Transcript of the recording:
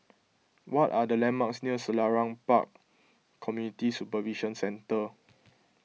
what are the landmarks near Selarang Park Community Supervision Centre